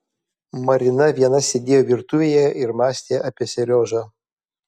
marina viena sėdėjo virtuvėje ir mąstė apie seriožą